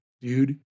dude